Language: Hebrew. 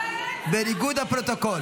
זה בניגוד לפרוטוקול.